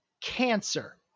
cancer